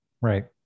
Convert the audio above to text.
Right